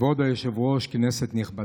כבוד היושב-ראש, כנסת נכבדה,